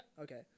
Okay